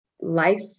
life